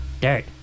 dirt